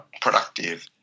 productive